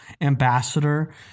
ambassador